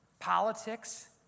politics